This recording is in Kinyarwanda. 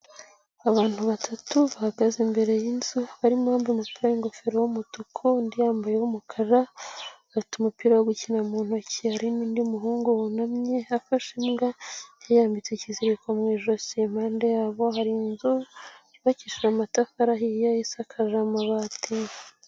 Abantu batatu bahagaze imbere y'inzu barimo uwambaye umupira w'ingofero w'umutuku, undi yambaye uw'umukara, bafite umupira wo gukina mu ntoki. Hari n'undi muhungu wunamye afashe imbwa yayambitse ikiziriko mu ijosi, impande yabo hari inzu yubakishije amatafari ahiye isakaje amabati.